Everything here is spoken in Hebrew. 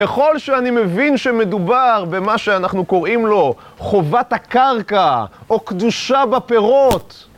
ככל שאני מבין שמדובר במה שאנחנו קוראים לו חובת הקרקע, או קדושה בפירות.